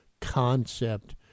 concept